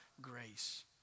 grace